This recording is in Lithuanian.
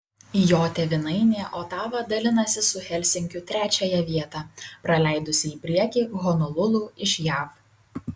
jo tėvynainė otava dalinasi su helsinkiu trečiąją vietą praleidusi į priekį honolulu iš jav